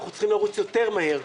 אנחנו צריכים לרוץ יותר מהר,